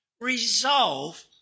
Resolve